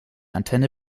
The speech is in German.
antenne